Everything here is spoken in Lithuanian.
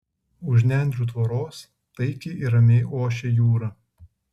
už nendrių tvoros taikiai ir ramiai ošė jūra